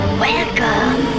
welcome